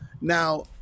now